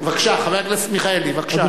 חבר הכנסת מיכאלי, בבקשה.